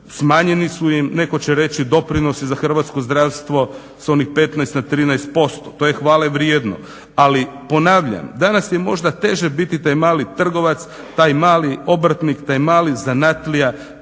smanjeni su im netko će reći doprinosi za hrvatsko zdravstvo s onih 15 na 13%, to je hvalevrijedno. Ali ponavljam, danas je možda teže biti taj mali trgovac, taj mali obrtnik, taj mali zanatlija,